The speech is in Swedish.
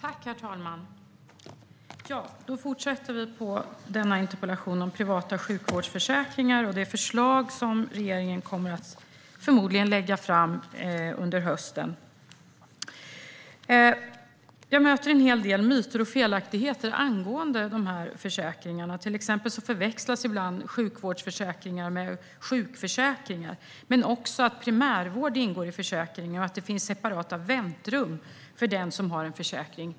Herr talman! Då fortsätter vi att debattera min interpellation om privata sjukvårdsförsäkringar och det förslag som regeringen förmodligen kommer att lägga fram under hösten. Jag möter en hel del myter och felaktigheter angående dessa försäkringar. Till exempel förväxlas ibland sjukvårdsförsäkringar med sjukförsäkringar, liksom att man tror att primärvård skulle ingå i försäkringarna och att det skulle finans separata väntrum för dem som har en försäkring.